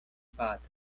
patro